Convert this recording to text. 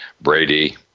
brady